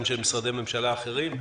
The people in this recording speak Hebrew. גם של משרדי ממשלה אחרים,